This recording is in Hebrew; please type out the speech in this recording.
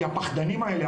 כי הפחדנים האלה,